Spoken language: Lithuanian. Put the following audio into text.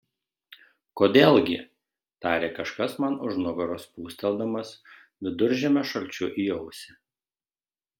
kodėl gi tarė kažkas man už nugaros pūsteldamas viduržiemio šalčiu į ausį